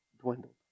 dwindled